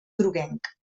groguenc